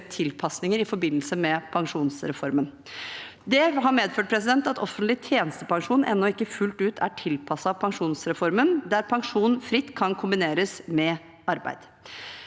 tilpasninger i forbindelse med pensjonsreformen. Det har medført at offentlig tjenestepensjon ennå ikke fullt ut er tilpasset pensjonsreformen, der pensjon fritt kan kombineres med arbeid.